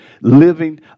living